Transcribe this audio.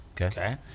Okay